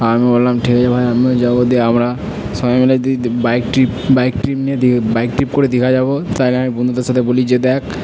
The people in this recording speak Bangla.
আমি বললাম ঠিক আছে ভাই আমিও যাব দিয়ে আমরা সবাই মিলে দিই দে বাইক ট্রিপ বাইক ট্রিপ নিয়ে দিয়ে বাইক ট্রিপ করে দীঘা যাব তাই আমি বন্ধুদের সাথে বলি যে দেখ